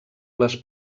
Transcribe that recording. les